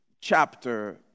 chapter